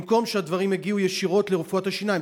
במקום שהדברים יגיעו ישירות לרפואת השיניים?